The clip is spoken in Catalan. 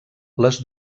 les